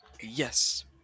Yes